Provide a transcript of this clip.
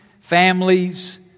families